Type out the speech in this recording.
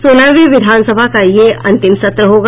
सोलहवीं विधानसभा का यह अंतिम सत्र होगा